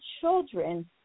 children